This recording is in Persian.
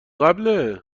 قبله